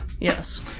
Yes